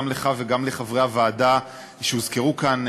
גם לך וגם לחברי הוועדה שהוזכרו כאן,